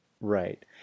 Right